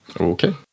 Okay